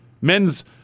Men's